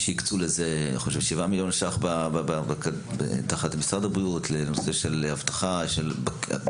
הקצו לזה שבעה מיליון ש"ח תחת משרד הבריאות לנושא של אבטחה בקהילה,